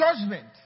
judgment